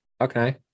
okay